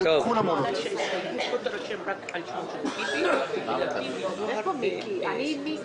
אבל עשינו בזה שעכשיו זה לא ירד מסדר היום.